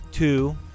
Two